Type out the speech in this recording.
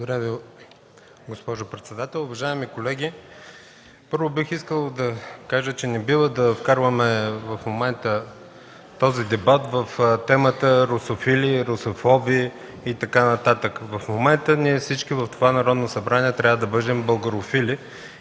Благодаря Ви, госпожо председател. Уважаеми колеги, първо, бих искал да кажа, че не бива да вкарваме в дебата темата русофили-русофоби и така нататък. В момента всички в това Народно събрание трябва да бъдем българофили